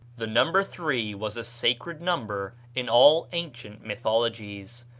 the number three was a sacred number in all ancient mythologies.